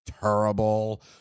terrible